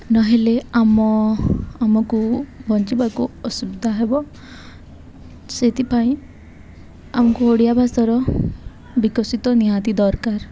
ନ'ହେଲେ ଆମ ଆମକୁ ବଞ୍ଚିବାକୁ ଅସୁବିଧା ହେବ ସେଥିପାଇଁ ଆମକୁ ଓଡ଼ିଆ ଭାଷାର ବିକଶିତ ନିହାତି ଦରକାର